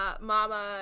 Mama